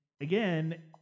again